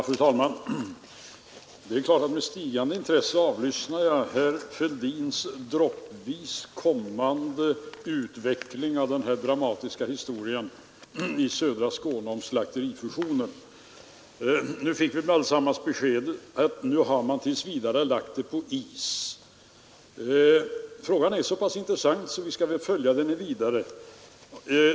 Fru talman! Det är klart att jag med stigande intresse avlyssnar herr Fälldins droppvis kommande information om utvecklingen av den dramatiska historien om slakterifusionen i södra Skåne. Nu fick vi allesammans beskedet att man tills vidare har lagt det hela på is. Frågan är så pass intressant att vi skall följa den vidare.